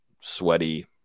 sweaty